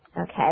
okay